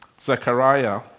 Zechariah